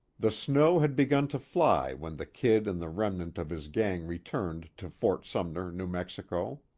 the snow had begun to fly when the kid and the remnant of his gang returned to fort sumner, new mexico.